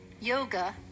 Yoga